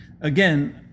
Again